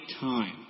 time